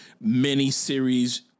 mini-series